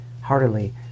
heartily